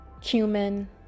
cumin